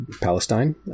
Palestine